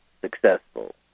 successful